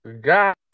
God